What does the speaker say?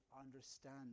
understand